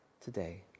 today